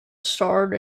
starred